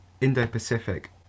Indo-Pacific